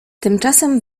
tymczasem